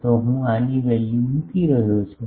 તો હું આની વેલ્યુ મુકી રહ્યો છું